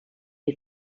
est